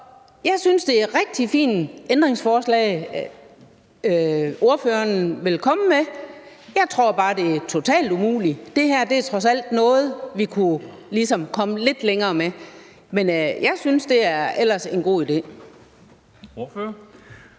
Jeg synes, det er et rigtig fint ændringsforslag, ordføreren vil komme med – jeg tror bare, det er totalt umuligt. Det her er trods alt noget, vi ligesom kunne komme lidt længere med; men jeg synes, det ellers er en god idé. Kl.